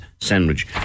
sandwich